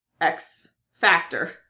X-Factor